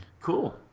Cool